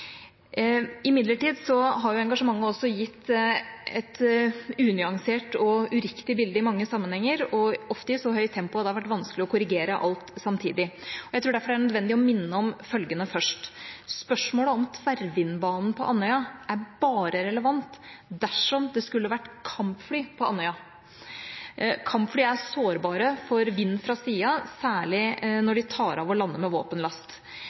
Imidlertid har engasjementet også gitt et unyansert og uriktig bilde i mange sammenhenger og ofte i så høyt tempo at det har vært vanskelig å korrigere alt samtidig. Jeg tror derfor det er nødvendig å minne om følgende først: Spørsmålet om tverrvindbanen på Andøya er bare relevant dersom det skulle vært kampfly på Andøya. Kampfly er sårbare for vind fra sida, særlig når de tar av og lander med våpenlast.